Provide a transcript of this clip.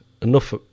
enough